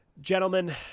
Gentlemen